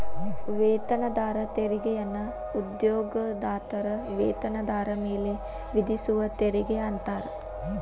ವೇತನದಾರ ತೆರಿಗೆಯನ್ನ ಉದ್ಯೋಗದಾತರ ವೇತನದಾರ ಮೇಲೆ ವಿಧಿಸುವ ತೆರಿಗೆ ಅಂತಾರ